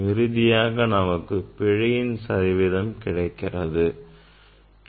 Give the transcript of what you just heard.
இறுதியாக நமக்கு பிழையின் சதவீதம் கிடைக்கிறது